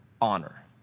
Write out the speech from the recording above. honor